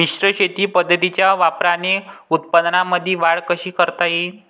मिश्र शेती पद्धतीच्या वापराने उत्पन्नामंदी वाढ कशी करता येईन?